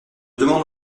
demande